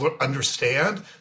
understand